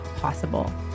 Possible